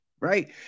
right